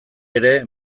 ere